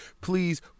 please